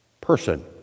person